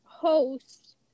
host